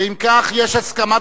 אם כך, יש הסכמת